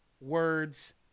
words